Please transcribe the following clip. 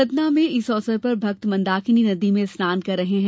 सतना में इस अवसर पर भक्त मंदाकिनी नदी में स्नान कर रहे है